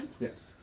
Yes